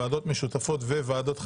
ועדות משותפות וועדות חקירה,